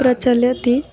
प्रचलति